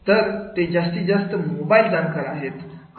तर ते जास्तीत जास्त मोबाईल जाणकार आहेत